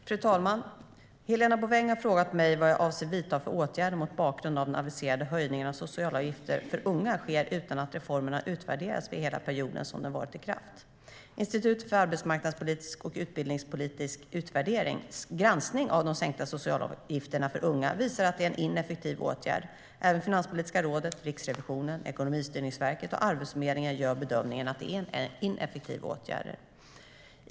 Fru talman! Helena Bouveng har frågat mig vad jag avser att vidta för åtgärder mot bakgrund av att den aviserade höjningen av socialavgiften för unga sker utan att reformen har utvärderats för hela perioden som den varit i kraft. Den granskning som Institutet för arbetsmarknads och utbildningspolitisk utvärdering, IFAU, har gjort av de sänkta socialavgifterna för unga visar att det är en ineffektiv åtgärd. Även Finanspolitiska rådet, Riksrevisionen, Ekonomistyrningsverket och Arbetsförmedlingen gör bedömningen att det är en ineffektiv åtgärd.